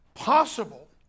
possible